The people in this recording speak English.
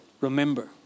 remember